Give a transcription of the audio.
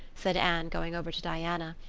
said anne, going over to diana.